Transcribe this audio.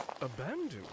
abandoned